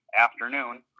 afternoon